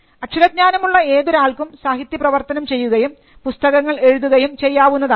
അക്ഷരജ്ഞാനമുള്ള ഏതൊരാൾക്കും സാഹിത്യപ്രവർത്തനം ചെയ്യുകയും പുസ്തകങ്ങൾ എഴുതുകയും ചെയ്യാവുന്നതാണ്